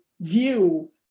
view